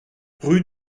rue